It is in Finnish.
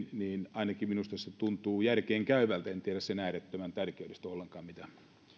ainakin minusta tuntuu järkeenkäyvältä en tiedä sen äärettömän tärkeydestä ollenkaan mitään